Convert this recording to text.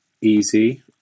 easy